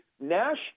Nash